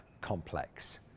complex